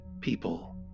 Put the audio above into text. people